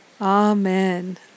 Amen